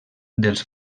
dels